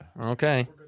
Okay